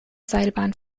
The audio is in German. seilbahn